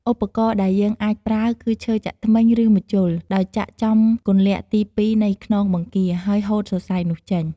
ឧបករណ៍៍ដែលយើងអាចប្រើគឺឈើចាក់ធ្មេញ ឬ ម្ជុល ដោយចាក់ចំគន្លាក់ទីពីរនៃខ្នងបង្គា ហើយហូតសរសៃនោះចេញ។